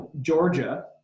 Georgia